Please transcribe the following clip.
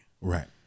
Right